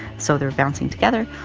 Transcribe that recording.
so they're bouncing together,